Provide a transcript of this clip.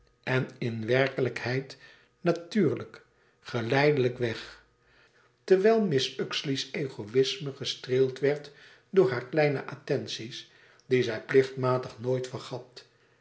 en in werkelijkheid natuurlijk geleidelijk weg terwijl mrs uxeley's egoïsme gestreeld werd door haar kleine attenties die zij plichtmatig nooit vergat